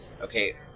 okay